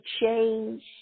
change